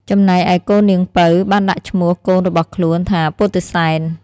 ចំណែកឯកូនាងពៅបានដាក់ឈ្មោះកូនរបស់ខ្លួនថាពុទ្ធិសែន។